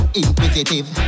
inquisitive